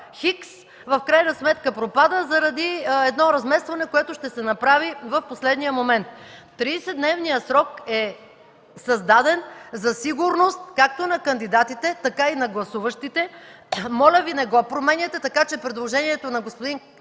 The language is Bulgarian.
„хикс”, в крайна сметка пропада заради едно разместване, което ще се направи в последния момент. Тридесетдневният срок е създаден за сигурност както на кандидатите, така и на гласуващите. Моля Ви, не го променяйте. Предложението на господин Карадайъ